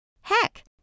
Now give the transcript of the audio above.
Heck